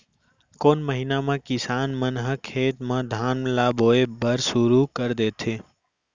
कोन महीना मा किसान मन ह खेत म धान ला बोये बर शुरू कर देथे?